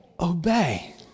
Obey